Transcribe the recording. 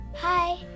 Hi